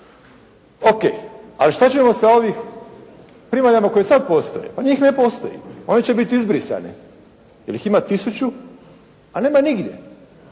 Ok. Ali šta ćemo sa ovim primaljama koje sad postoje? Pa njih ne postoji. One će biti izbrisane jer ih ima 1000, a nema ih nigdje.